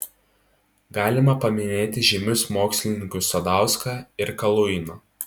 galima paminėti žymius mokslininkus sadauską ir kaluiną